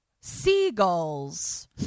Seagulls